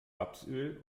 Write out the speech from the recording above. rapsöl